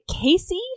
Casey